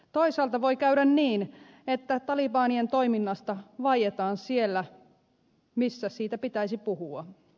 toisaalta voi käydä että talibanien toiminnasta vaietaan siellä missä siitä pitäisi puhua